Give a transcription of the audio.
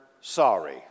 sorry